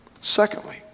Secondly